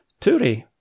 Turi